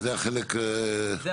זה החלק הראשון?